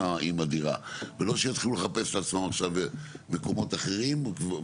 הדירה ולא שיתחילו לחפש את עצמם עכשיו במקומות אחרים.